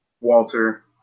Walter